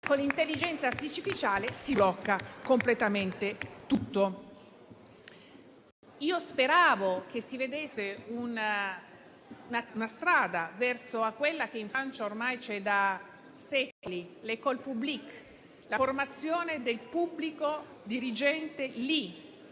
con l'intelligenza artificiale tutto si blocca completamente. Io speravo che si vedesse una strada verso quella che in Francia ormai c'è da secoli, con l'*école publique* la formazione del pubblico dirigente,